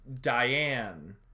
Diane